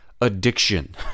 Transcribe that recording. addiction